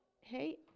hey